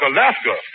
Alaska